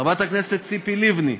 חברת הכנסת ציפי לבני,